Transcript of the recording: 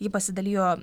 ji pasidalijo